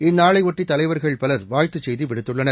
இந்நாளையொட்டி தலைவர்கள் பலர் வாழ்த்துச் செய்தி விடுத்துள்ளனர்